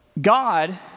God